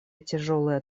тяжелая